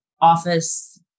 office